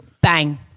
Bang